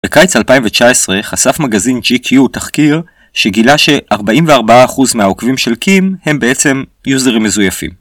בקיץ 2019 חשף מגזין GQ תחקיר שגילה ש44 אחוז מהעוקבים של קים הם בעצם יוזרים מזויפים